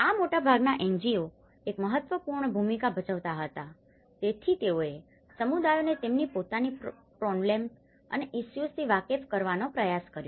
આ મોટાભાગના NGOઓ એક મહત્વપૂર્ણ ભૂમિકા ભજવતા હતા તેથી તેઓએ સમુદાયોને તેમની પોતાની પ્રોન્લેમ્સ અને ઇસ્યુઝથી વાકેફ કરવાનો પ્રયાસ કર્યો